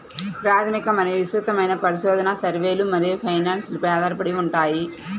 ప్రాథమిక మరియు విస్తృతమైన పరిశోధన, సర్వేలు మరియు ఫైనాన్స్ పై ఆధారపడి ఉంటాయి